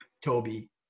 Toby